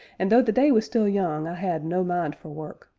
and, though the day was still young i had no mind for work.